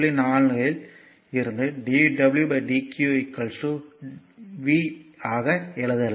4 இல் இருந்து dwdq v ஆக எழுதலாம்